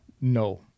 No